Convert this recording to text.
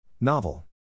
Novel